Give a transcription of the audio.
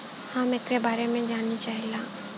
हम एकरे बारे मे जाने चाहीला?